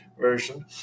version